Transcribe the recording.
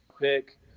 pick